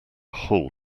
whole